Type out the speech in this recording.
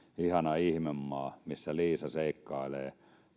ihana ihmemaa missä liisa seikkailee